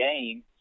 game